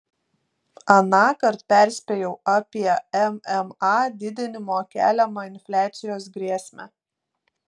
anąkart perspėjau apie mma didinimo keliamą infliacijos grėsmę